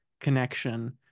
connection